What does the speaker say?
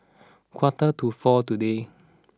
quarter to four today